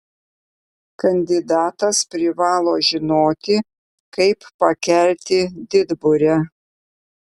kandidatas privalo žinoti kaip pakelti didburę